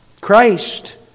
Christ